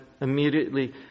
immediately